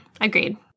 Agreed